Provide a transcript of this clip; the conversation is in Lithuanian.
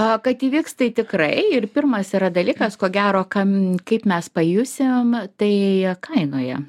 a kad įvyks tai tikrai ir pirmas yra dalykas ko gero kam kaip mes pajusim tai kainoje